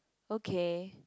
okay